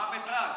מה המטראז'?